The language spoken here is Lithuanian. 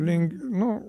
link nu